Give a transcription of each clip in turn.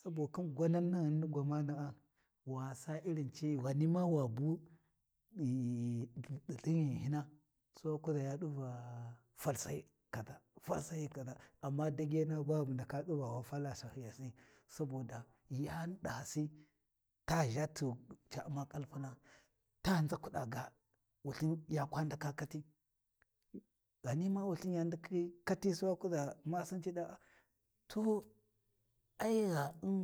Sabo khin gwanan naghum ni gwamana’a wa saa Irin ciyu ghani ma wa bu ghi ɗi lhin-ghinhina Sai wa kuʒa ya ɗi va fal sahi kaʒa fal sahi kaʒa, amma dagena ba bu ndaka ɗu wa fala sahiyasi, saboda yani ɗahasi taa ʒha tughu Ca U’ma kalpuna ta nzakuɗa ga Wulthin ya kwa ndaka kati, ghani ma Wulthi ya ndakhi kati, sai wa kuʒa masin ca ɗaa to ai gha U’n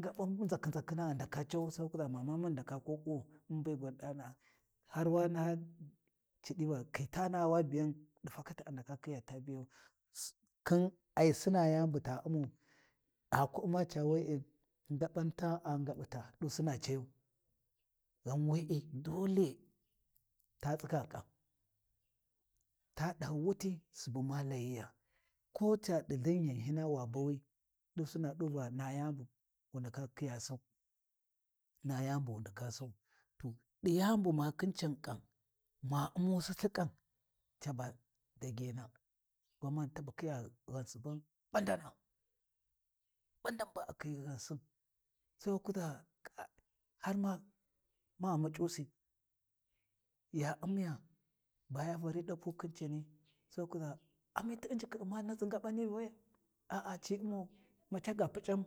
ngaɓan nʒaknʒakhina ghi ndaka cawu, Sai wa kuʒa mama mun ghi ndaka ko kuwu mun ba gwan ɗana’a, har wa naha ciɗi va khi tana’a wa biyan, ɗi fakati a ndaka khiya ta biyau kin ai sina yani buta U’mau a ku U’ma ca we’e ngaɓan tani a ngaɓuta ɗusina cayu, ghan we’e dole ta tsiga ƙam. Ta ɗahi wuti subu ma layiya ko ca ɗi lhin-ghin-hina wa bawi, ɗu sina ɗawi Va na yani bu wu ndaka khiya sau to ɗi yani bu makhin can kam, ma U’umusi lthiƙam, taba dagena, gwamani can bu khiya ghansuban ɓandana, ɓandan ba a khiyi ghansin, sai wa kuʒa k har ma ma muc’usi ya U’miya, baya Vari ɗapu khin cani sai wa kuʒa amiti U'njikhi U’ma naʒa ngaɓani Vuwai a’a ci umau, ma caga Puc’an.